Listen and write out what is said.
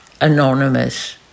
anonymous